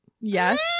Yes